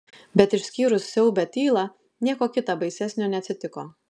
bet išskyrus siaubią tylą nieko kita baisesnio neatsitiko